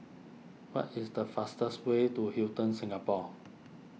what is the fastest way to Hilton Singapore